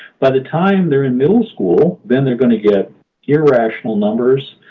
by the time they're in middle school, then they're going to get irrational numbers.